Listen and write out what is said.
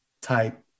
type